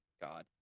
God